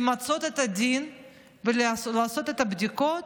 למצות את הדין ולעשות את הבדיקות